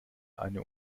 eine